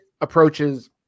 approaches